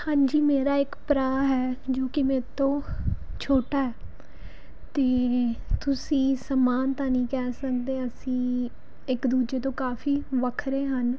ਹਾਂਜੀ ਮੇਰਾ ਇੱਕ ਭਰਾ ਹੈ ਜੋ ਕਿ ਮੇਰੇ ਤੋਂ ਛੋਟਾ ਅਤੇ ਤੁਸੀਂ ਸਮਾਨ ਤਾਂ ਨਹੀਂ ਕਹਿ ਸਕਦੇ ਅਸੀਂ ਇੱਕ ਦੂਜੇ ਤੋਂ ਕਾਫੀ ਵੱਖਰੇ ਹਨ